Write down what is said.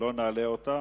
לא נעלה היום.